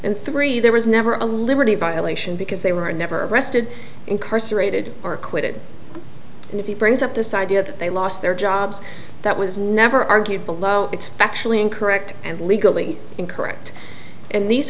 and three there was never a liberty violation because they were never arrested incarcerated or quit and he brings up this idea that they lost their jobs that was never argued below it's factually incorrect and legally incorrect and these